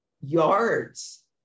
yards